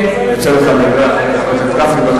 יוצא לך לדבר אחרי חבר הכנסת גפני.